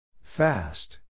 Fast